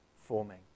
forming